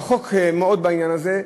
רחוק מאוד, בעניין הזה.